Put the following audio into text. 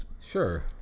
Sure